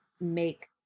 make